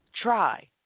try